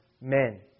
men